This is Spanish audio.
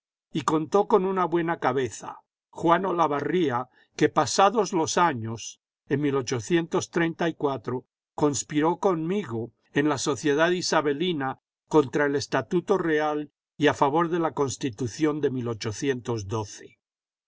y contó con una buena cabeza juan olavarría que pasados los años de conspiró conmigo en la sociedad isabelina contra el estatuto real y a favor de la constitución de